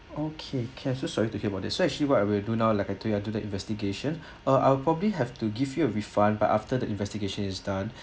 okay can so sorry to hear about that so actually what I will do now like I tell you I'll do the investigation uh I'll probably have to give you a refund but after the investigation is done